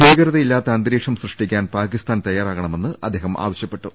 ഭീകരതയില്ലാത്ത അന്തരീക്ഷം സൃഷ്ടിക്കാൻ പാകി സ്ഥാൻ തയാറാകണമെന്ന് അദ്ദേഹം ആവശ്യപ്പെട്ടു